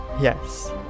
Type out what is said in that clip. Yes